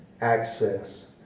access